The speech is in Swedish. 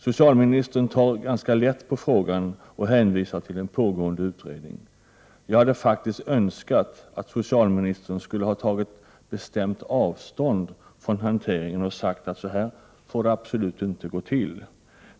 Socialministern tar ganska lätt på frågan och hänvisar till en pågående utredning. Jag hade faktiskt önskat att socialministern skulle ha tagit bestämt avstånd från hanteringen och sagt att så här får det absolut inte gå till.